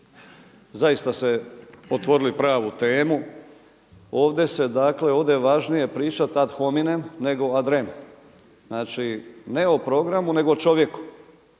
Zaista ste otvorili pravu temu. Ovdje se dakle, ovdje je važnije pričati ad hominem nego ad rem. Znači ne o programu nego o čovjeku.